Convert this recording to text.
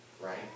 right